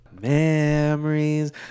Memories